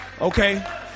Okay